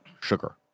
sugar